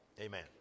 Amen